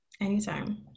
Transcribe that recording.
anytime